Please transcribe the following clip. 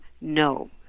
No